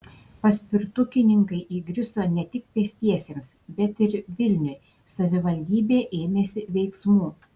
paspirtukininkai įgriso ne tik pėstiesiems bet ir vilniui savivaldybė ėmėsi veiksmų